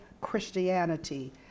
Christianity